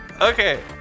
Okay